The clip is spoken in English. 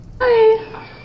Hi